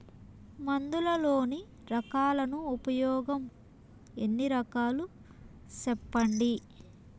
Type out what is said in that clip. మందులలోని రకాలను ఉపయోగం ఎన్ని రకాలు? సెప్పండి?